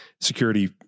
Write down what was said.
security